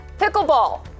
pickleball